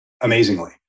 Amazingly